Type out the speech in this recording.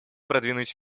продвинуть